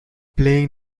playing